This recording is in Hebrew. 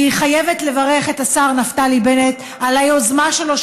אני חייבת לברך את השר נפתלי בנט על היוזמה שלו,